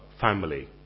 family